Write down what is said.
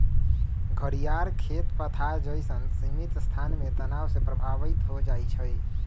घरियार खेत पथार जइसन्न सीमित स्थान में तनाव से प्रभावित हो जाइ छइ